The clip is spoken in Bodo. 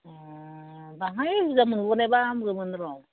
बाहाय बुरजा मोनबावनायबा हामगौमोन र'